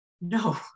No